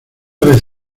vez